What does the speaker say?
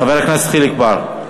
חבר הכנסת חיליק בר.